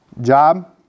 job